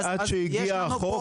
אז עד שהגיע החוק